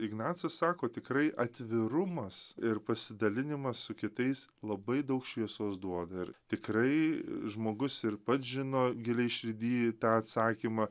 ignacas sako tikrai atvirumas ir pasidalinimas su kitais labai daug šviesos duoda ir tikrai žmogus ir pats žino giliai širdy tą atsakymą